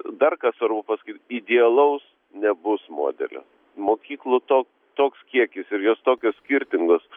dar kas svarbu pasakyt idealaus nebus modelio mokyklų to toks kiekis ir jos tokios skirtingos